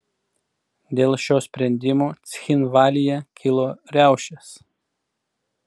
dėl šio sprendimo cchinvalyje kilo riaušės